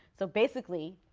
so basically,